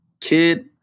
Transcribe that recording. kid